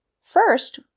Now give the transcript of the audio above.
First